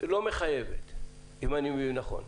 ולא מחייבת, אם אני מבין נכון.